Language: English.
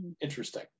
interesting